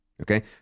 Okay